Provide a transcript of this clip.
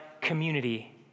community